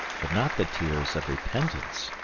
but not the tears of repentance,